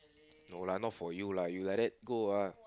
no lah not for you lah you like that go ah